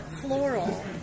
floral